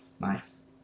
Nice